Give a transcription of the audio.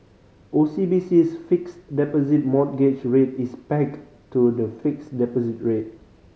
O C B C's Fixed Deposit Mortgage Rate is pegged to the fixed deposit rate